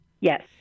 Yes